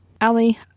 Allie